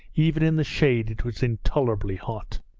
even in the shade it was intolerably hot.